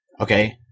Okay